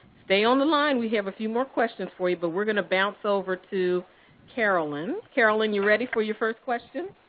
stay on the line. we have a few more questions for you, but we're going to bounce over to carolyn. carolyn, you ready for your first question?